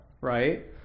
Right